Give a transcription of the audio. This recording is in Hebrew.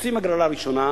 עושים הגרלה ראשונה,